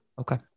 Okay